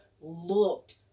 looked